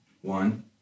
One